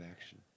action